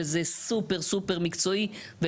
וזה סופר סופר מקצועי.